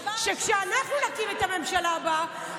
שכשאנחנו נקים את הממשלה הבאה,